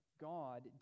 God